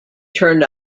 turned